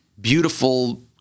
beautiful